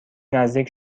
نزدیک